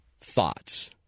thoughts